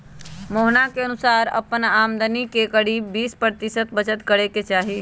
मोहना के अनुसार अपन आमदनी के करीब बीस प्रतिशत बचत करे के ही चाहि